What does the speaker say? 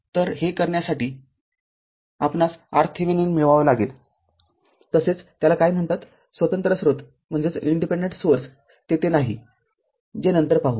तरहे करण्यासाठी आपणास RThevenin मिळवावा लागेल तसेच त्याला काय म्हणतात स्वतंत्र स्रोत तेथे नाही जे नंतर पाहू